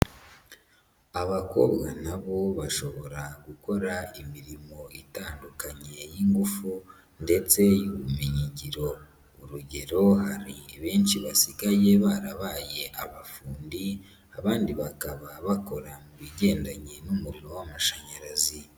Abakobwa na bo bashobora gukora imirimo itandukanye y'ingufu ndetse y'ubumenyingiro, urugero hari benshi basigaye barabaye abafundi, abandi bakaba bakora mu bigendanye n'umuriro w'amashanyarazi.